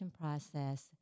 process